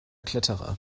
kletterer